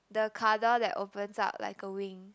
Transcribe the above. the car door that opens up like a wing